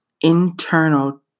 internal